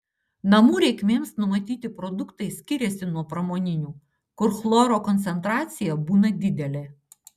namų reikmėms numatyti produktai skiriasi nuo pramoninių kur chloro koncentracija būna didelė